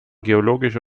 geologische